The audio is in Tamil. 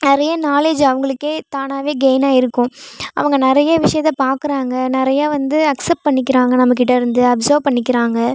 நிறைய நாலேஜ் அவங்களுக்கே தானாகவே கெயின் ஆகிருக்கும் அவங்க நிறைய விஷயத்த பார்க்குறாங்க நிறையா வந்து அக்சப்ட் பண்ணிக்கிறாங்க நம்மக்கிட்டயிருந்து அப்சர்வ் பண்ணிக்கிறாங்க